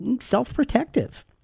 self-protective